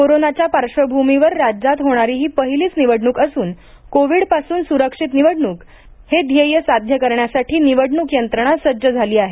कोरोनाच्या पार्श्वकभूमीवर राज्यात होणारी ही पहिलीच निवडणूक असून कोविडपासून सुरक्षित निवडणुक हे ध्येय साध्या करण्यालसाठी निवडणुक यंत्रणा सज्ज झाली आहे